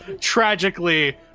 tragically